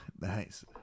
Nice